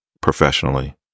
professionally